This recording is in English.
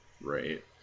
right